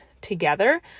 together